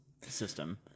system